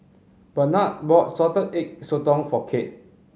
Barnard bought Salted Egg Sotong for Kade